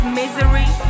misery